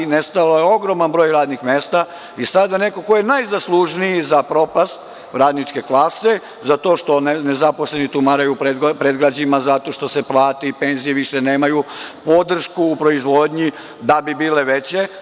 Nestao je ogroman broj radnih mesta i sada neko ko je najzaslužniji za propast radničke klase, za to što nezaposleni tumaraju u predgrađima, zato što plata i penzija više nema, nemaju podršku u proizvodnji da bi bile veće.